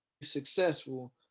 successful